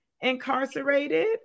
incarcerated